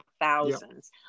thousands